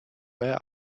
where